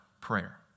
prayer